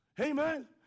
Amen